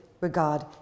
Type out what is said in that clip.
regard